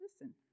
listen